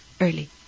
early